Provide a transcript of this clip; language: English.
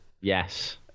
yes